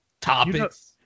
topics